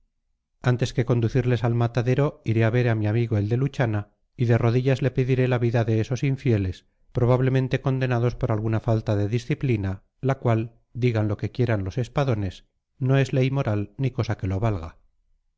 antes que conducirles al matadero iré a ver a mi amigo el de luchana y de rodillas le pediré la vida de esos infieles probablemente condenados por alguna falta de disciplina la cual digan lo que quieran los espadones no es ley moral ni cosa que lo valga